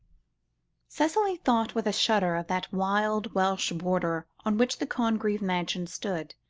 cicely thought with a shudder of that wild welsh border on which the congreve mansion stood,